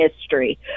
history